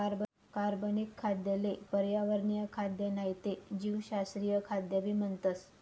कार्बनिक खाद्य ले पर्यावरणीय खाद्य नाही ते जीवशास्त्रीय खाद्य भी म्हणतस